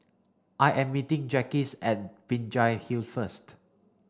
I am meeting Jacquez at Binjai Hill first